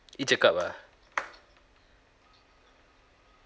each-a-cup ah